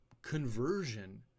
conversion